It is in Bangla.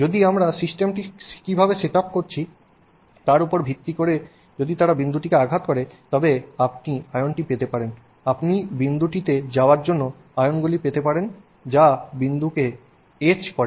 যদি আমরা সিস্টেমটি কীভাবে সেট আপ করেছি তার উপর ভিত্তি করে যদি তারা বিন্দুটিকে আঘাত করে তবে আপনি আয়নটি পেতে পারেন আপনি বিন্দুটিতে যাওয়ার জন্য আয়নগুলি পেতে পারেন যা বিন্দুটি কে এচ করে